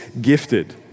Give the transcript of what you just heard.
gifted